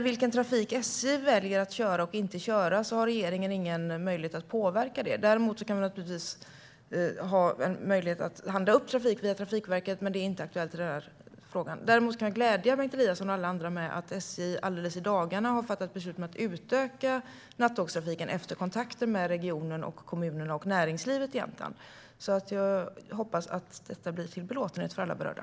Vilken trafik SJ väljer att köra eller inte har regeringen ingen möjlighet att påverka. Däremot kan vi naturligtvis handla upp trafik via Trafikverket, men det är inte aktuellt i den här frågan. Dock kan jag glädja Bengt Eliasson och alla andra med att SJ i dagarna har fattat beslut om att utöka nattågstrafiken efter kontakter med regionen, kommunerna och näringslivet i Jämtland. Jag hoppas att det blir till belåtenhet för alla berörda.